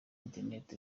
internet